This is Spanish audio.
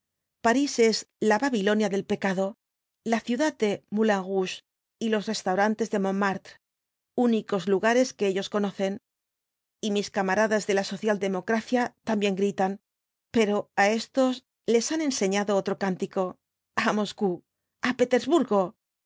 es la babilonia del pecado la ciudad de moulin rouge y los restaurants de montmartre únicos lugares que ellos conocen y nais camaradas de la social democracia también gritan pero á éstos les han enseñado otro cántico a moscou a petersburgo